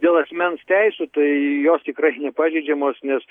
dėl asmens teisių tai jos tikrai nepažeidžiamos nes